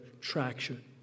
traction